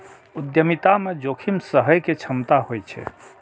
उद्यमिता मे जोखिम सहय के क्षमता होइ छै